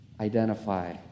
identify